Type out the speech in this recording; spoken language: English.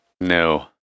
No